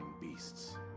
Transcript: beasts